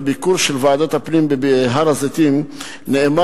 בביקור של ועדת הפנים בהר-הזיתים נאמר